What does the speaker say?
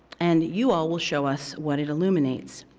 and you all will show us what it illuminates.